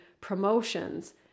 promotions